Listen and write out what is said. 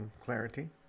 clarity